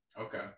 Okay